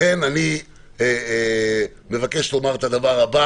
לכן אני מבקש לומר ולהציע